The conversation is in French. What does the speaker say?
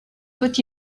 peut